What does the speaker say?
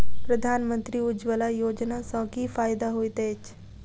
प्रधानमंत्री उज्जवला योजना सँ की फायदा होइत अछि?